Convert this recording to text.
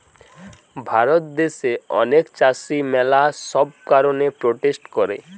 ভারত দ্যাশে অনেক চাষী ম্যালা সব কারণে প্রোটেস্ট করে